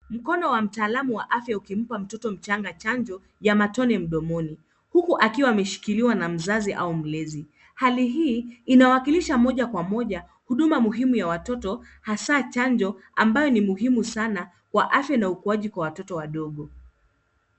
Mlono wa mtaalamu wa afya ukimpa mtoto mchanga chanjo ya matone mdomoni huku akiwa ameshikiliwa na mzazi au mlezi. Hali hii inawakilisha moja kwa moja huduma muhimu ya watoto hasa chanjo ambayo ni muhimu sana kwa afya na ukuaji kwa watoto wadogo.